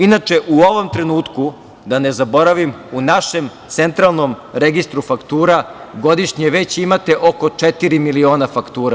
Inače, u ovom trenutku, da ne zaboravim, u našem Centralnom registru faktura godišnje već imate oko četiri miliona faktura.